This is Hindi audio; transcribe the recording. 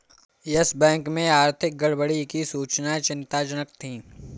यस बैंक में आर्थिक गड़बड़ी की सूचनाएं चिंताजनक थी